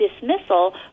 dismissal